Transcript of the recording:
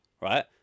right